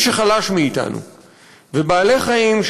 ובעלי-חיים,